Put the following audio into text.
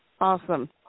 Awesome